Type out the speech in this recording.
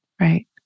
right